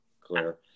clear